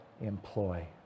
employ